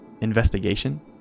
Investigation